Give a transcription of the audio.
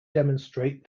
demonstrate